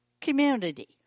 community